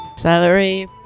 Celery